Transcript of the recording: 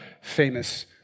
famous